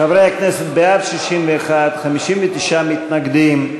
חברי הכנסת, בעד, 61, 59 מתנגדים.